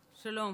שלום,